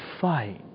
fight